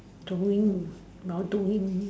doing now doing